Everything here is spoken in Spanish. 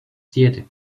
siete